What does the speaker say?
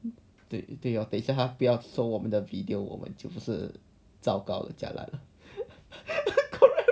对 lor 等一下他们不要收我们的 video 我们就不是糟糕的 jialat lah